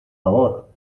favor